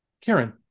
Karen